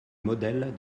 modèle